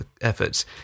efforts